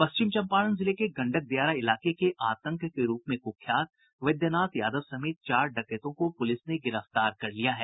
पश्चिम चम्पारण जिले के गंडक दियारा इलाके के आतंक के रूप में कुख्यात बैद्यनाथ यादव समेत चार डकैतों को पुलिस ने गिरफ्तार कर लिया है